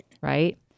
Right